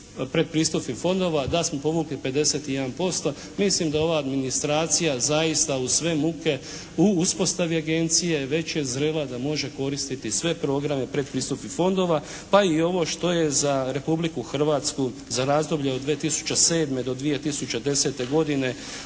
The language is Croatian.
predpristupnih fondova da smo povukli 51%, mislim da ova administracija zaista uz sve muke u uspostavi agencije već je zrela da može koristiti sve programe predpristupnih fondova, pa i ovo što je za Republiku Hrvatsku za razdoblje od 2007. do 2010. godine